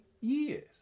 years